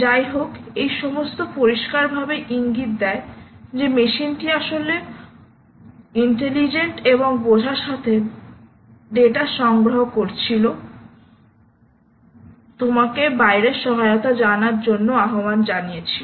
যাইহোক এই সমস্ত পরিষ্কারভাবে ইঙ্গিত দেয় যে মেশিনটি আসলে বুদ্ধিমান এবং বোঝার সাথে বোঝার ডেটা সংগ্রহ করছিল আপনাকে বাইরে সহায়তা জানার জন্য আহ্বান জানিয়েছিল